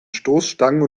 stoßstangen